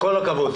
כל הכבוד.